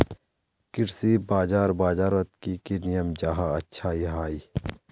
कृषि बाजार बजारोत की की नियम जाहा अच्छा हाई?